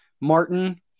Martin